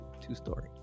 Two-story